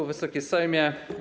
Wysoki Sejmie!